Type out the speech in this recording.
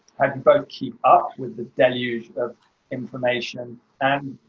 have you both keep up with the deluge of information and,